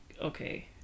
okay